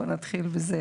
בוא נתחיל בזה,